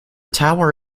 tower